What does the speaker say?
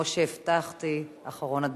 כמו שהבטחתי, אחרון הדוברים,